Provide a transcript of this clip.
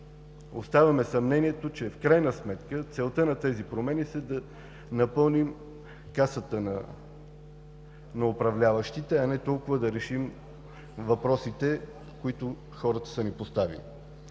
оставаме със съмнението, че в крайна сметка целта на тези промени е да напълним касата на управляващите, а не толкова да решим въпросите, които хората са ни поставили.